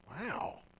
Wow